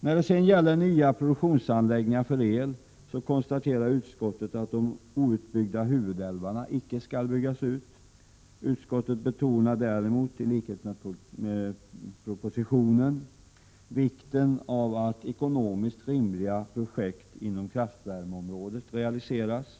När det sedan gäller nya produktionsanläggningar för el konstaterar utskottet att de outbyggda huvudälvarna inte skall byggas ut. Utskottet betonar däremot, i likhet med propositionen, vikten av att ekonomiskt rimliga projekt inom kraftvärmeområdet realiseras.